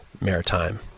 Maritime